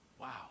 wow